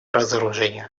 разоружению